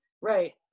Right